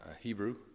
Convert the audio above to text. hebrew